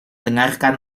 dengarkan